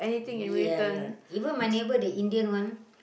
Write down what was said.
ya ya even my neighbour the Indian one